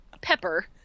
Pepper